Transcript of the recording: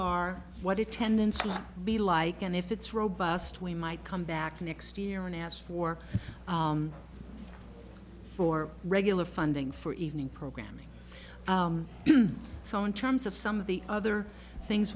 are what it tends to be like and if it's robust we might come back next year and ask for for regular funding for evening programming so in terms of some of the other things